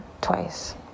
twice